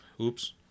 Oops